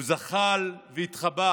הוא זחל והתחבא